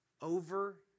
over